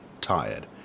tired